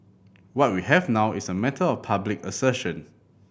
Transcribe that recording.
what we have now is a matter of public assertion